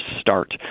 start